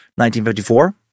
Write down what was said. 1954